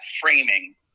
framing